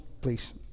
please